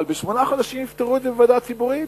אבל בשמונה חודשים יפתרו את זה בוועדה ציבורית,